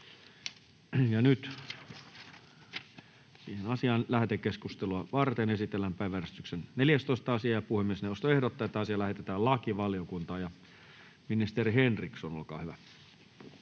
N/A Content: Lähetekeskustelua varten esitellään päiväjärjestyksen 14. asia. Puhemiesneuvosto ehdottaa, että asia lähetetään lakivaliokuntaan. — Ministeri Henriksson, olkaa hyvä.